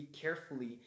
carefully